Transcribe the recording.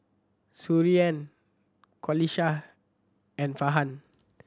Suriani Qalisha and Farhan